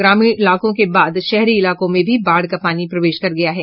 ग्रामीण इलाकों के बाद शहरी इलाकों में भी बाढ़ का पानी प्रवेश कर गया है